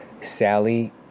Sally